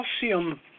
Calcium